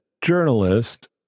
journalist